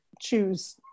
choose